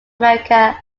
america